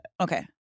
Okay